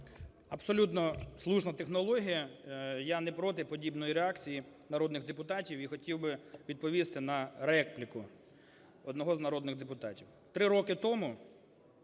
Абсолютно слушна технологія. Я не проти подібної реакції народних депутатів. І хотів би відповісти на репліку одного з народних депутатів.